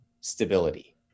stability